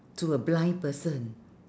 to a blind person